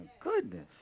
goodness